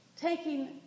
taking